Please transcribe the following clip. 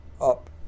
up